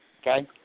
Okay